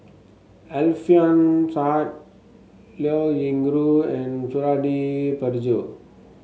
Alfian Sa'at Liao Yingru and Suradi Parjo